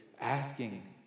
asking